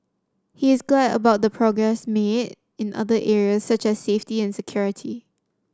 he is glad about the progress made in other areas such as safety and security